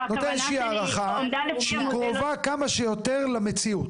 איזושהי הערכה שהיא קרובה כמה שיותר למציאות.